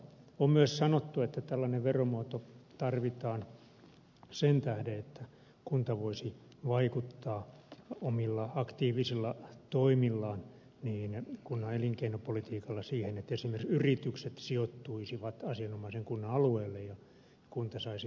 on myös sanottu että tällainen veromuoto tarvitaan sen tähden että kunta voisi vaikuttaa omilla aktiivisilla toimillaan kunnan elinkeinopolitiikalla siihen että esimerkiksi yritykset sijoittuisivat asianomaisen kunnan alueelle ja kunta saisi tätä kautta myös verotuloja